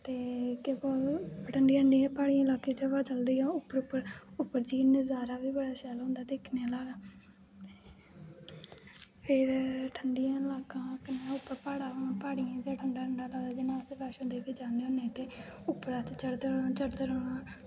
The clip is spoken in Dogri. ते ठंडी ठंडी प्हाड़ी इलाके च हवा चलदी ऐ उप्पर उप्पर जाइयै नजारा बी बड़ा शैल औंदा दिक्खने दा फिर ठंडा इलाका कन्नै उप्पर प्हाड़ियें च ठंडा ठंडा लगदा माता बैष्णो देबी जन्ने होन्नें ते उप्पर अस चढ़दे रौह्ना चढ़दे रौह्ना